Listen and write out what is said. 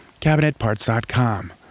Cabinetparts.com